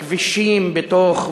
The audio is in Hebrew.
כבישים בתוך,